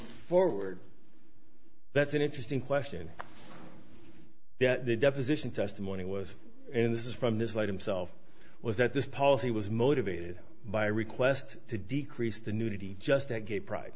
forward that's an interesting question the deposition testimony was and this is from ms like himself was that this policy was motivated by request to decrease the nudity just that gay pride